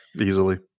easily